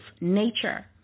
nature